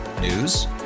News